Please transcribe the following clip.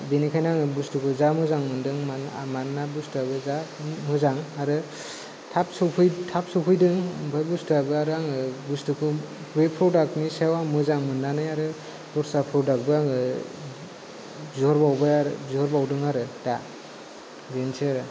बेखायनो आङो जा मोजां मोनदों बुसथुखौ मानोना बुसथुआबो जा मोजां आरो थाब सफैदों ओमफ्राय बुसथुआबो आं बे प्रडाकनि सायाव मोजां मोननानै आरो दस्रा प्रडाकबो आङो बिहरबावदो आरो दा बेनोसै आरो